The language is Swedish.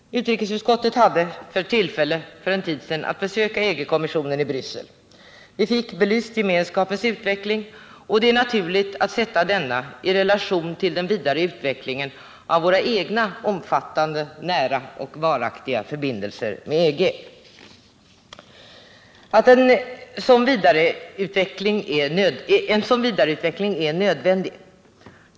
Utrikesutskottet hade för en tid sedan tillfälle att besöka EG-kommissionen i Bryssel. Vi fick gemenskapens utveckling belyst, och det är naturligt att sätta denna i relation till den vidare utvecklingen av våra egna omfattande, nära och varaktiga förbindelser med EG. Det är nödvändigt att en sådan vidareutveckling kommer till stånd.